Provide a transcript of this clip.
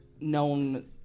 known